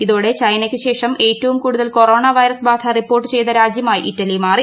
ഇതോടെ ചൈനയ്ക്ക് ശേഷം ഏറ്റവും കൂടുതൽ കൊറോണ വൈറസ് ബാധ റിപ്പോർട്ട് ചെയ്ത രാജ്യമായി ഇറ്റലി മാറി